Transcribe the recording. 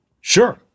Sure